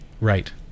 Right